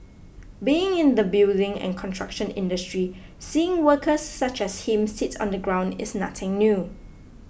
being in the building and construction industry seeing workers such as him sit on the ground is nothing new